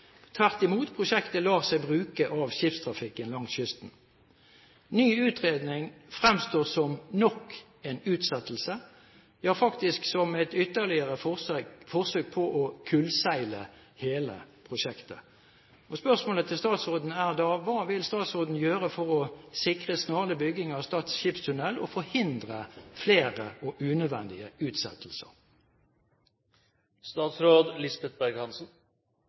tvert imot: Prosjektet lar seg bruke når det gjelder skipstrafikken langs kysten. Ny utredning fremstår som nok en utsettelse, ja faktisk som et ytterligere forsøk på å kullseile hele prosjektet. Spørsmålet til statsråden er da: Hva vil statsråden gjøre for å sikre snarlig bygging av Stad skipstunnel og forhindre flere og unødvendige utsettelser?